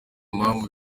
mpamvu